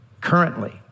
currently